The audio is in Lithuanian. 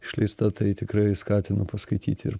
išleista tai tikrai skatinu paskaityti ir